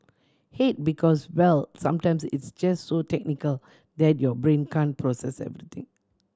hate because well sometimes it's just so technical that your brain can process everything